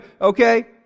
Okay